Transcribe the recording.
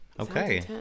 Okay